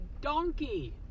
donkey